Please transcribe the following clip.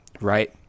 right